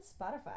Spotify